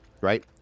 Right